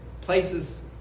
places